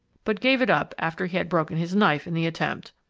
but gave it up after he had broken his knife in the attempt.